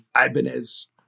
Ibanez